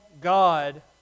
God